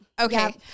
Okay